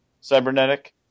cybernetic